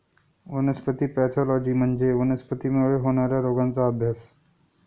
वनस्पती पॅथॉलॉजी म्हणजे वनस्पतींमुळे होणार्या रोगांचा अभ्यास